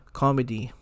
comedy